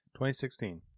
2016